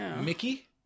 Mickey